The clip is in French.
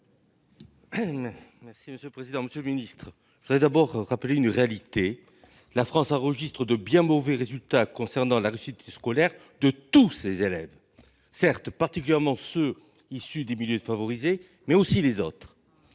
Merci monsieur le président, Monsieur le Ministre voudrais d'abord rappeler une réalité. La France enregistre de bien mauvais résultats concernant la réussite scolaire de tous ses élèves certes particulièrement ceux issus des milieux défavorisés mais aussi les autres.